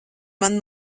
man